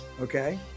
Okay